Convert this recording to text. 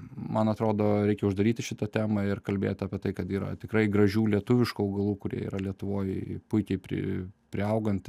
man atrodo reikia uždaryti šitą temą ir kalbėti apie tai kad yra tikrai gražių lietuviškų augalų kurie yra lietuvoj puikiai pri priauganti